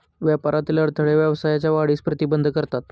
व्यापारातील अडथळे व्यवसायाच्या वाढीस प्रतिबंध करतात